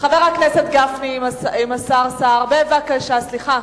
חבר הכנסת גפני והשר סער, סליחה,